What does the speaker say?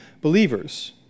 believers